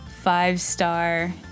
five-star